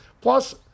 Plus